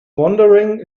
wondering